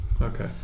okay